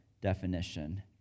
definition